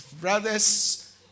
brothers